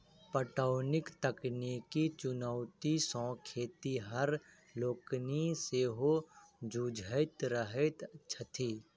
पटौनीक तकनीकी चुनौती सॅ खेतिहर लोकनि सेहो जुझैत रहैत छथि